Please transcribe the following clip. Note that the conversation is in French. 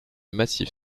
massif